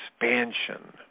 expansion